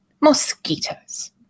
Mosquitoes